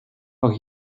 auch